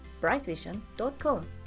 brightvision.com